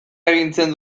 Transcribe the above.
agintzen